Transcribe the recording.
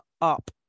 up